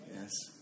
Yes